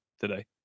today